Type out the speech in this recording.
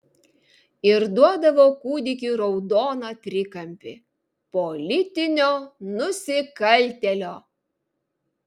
ir duodavo kūdikiui raudoną trikampį politinio nusikaltėlio